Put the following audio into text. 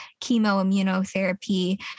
chemoimmunotherapy